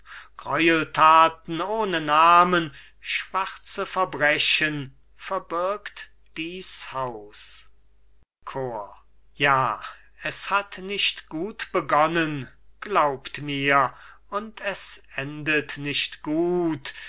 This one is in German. gräuelthaten ohne namen schwarze verbrechen verbirgt dies haus chor cajetan ja es hat nicht gut begonnen glaubt mir und es endet nicht gut